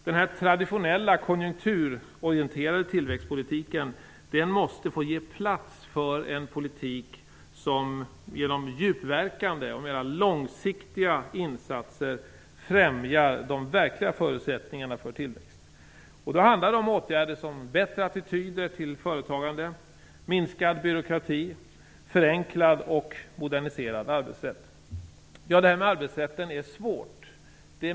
Den traditionella konjunkturorienterade tillväxtpolitiken måste ge plats för en politik som genom djupverkande och mera långsiktiga insatser främjar de verkliga förutsättningarna för tillväxt. Det handlar om åtgärder som skapar bättre attityder till företagande, en minskad byråkrati och en förenklad och moderniserad arbetsrätt. Jag medger gärna att detta med arbetsrätten är svårt.